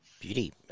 beauty